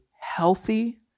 healthy